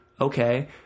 Okay